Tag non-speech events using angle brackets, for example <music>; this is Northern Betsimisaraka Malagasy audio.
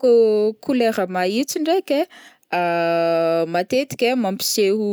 Kô couleur maîntso ndraiky ai, <hesitation> matetiky ai mampiseho